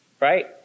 right